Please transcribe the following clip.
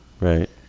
Right